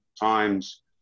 times